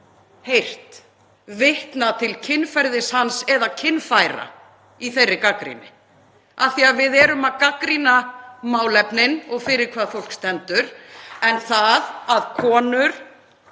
heyrt vitna til kynferðis hans eða kynfæra í þeirri gagnrýni, af því að við erum að gagnrýna málefnin og fyrir hvað fólk stendur. En það að konur,